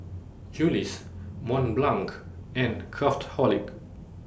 Julie's Mont Blanc and Craftholic